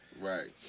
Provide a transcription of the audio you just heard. Right